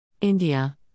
India